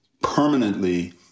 permanently